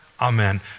amen